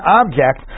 object